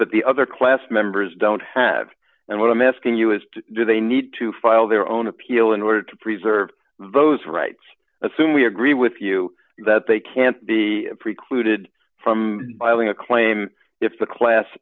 that the other class members don't have and what i'm asking you is do they need to file their own appeal in order to preserve those rights assume we agree with you that they can't be precluded from filing a claim if the class